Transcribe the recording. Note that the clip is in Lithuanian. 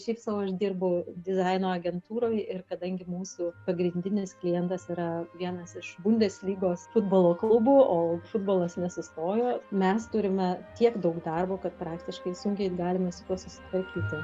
šiaip sau aš dirbu dizaino agentūroj ir kadangi mūsų pagrindinis klientas yra vienas iš bundeslygos futbolo klubų o futbolas nesustojo mes turime tiek daug darbo kad praktiškai sunkiai galime su tuo susitvarkyti